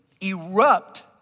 erupt